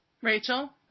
Rachel